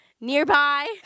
nearby